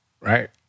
right